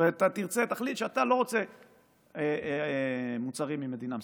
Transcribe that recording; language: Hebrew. אתה תחליט שאתה לא רוצה מוצרים ממדינה מסוימת.